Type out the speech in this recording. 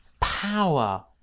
power